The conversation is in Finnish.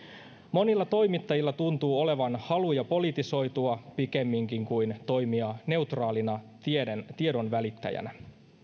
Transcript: monilla toimittajilla tuntuu olevan haluja politisoitua pikemminkin kuin toimia neutraalina tiedonvälittäjänä